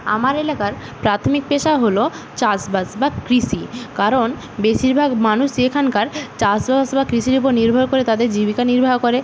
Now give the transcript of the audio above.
আমার এলাকার প্রাথমিক পেশা হল চাষবাস বা কৃষি কারণ বেশিরভাগ মানুষ এখানকার চাষবাস বা কৃষির উপর নির্ভর করে তাদের জীবিকা নির্বাহ করে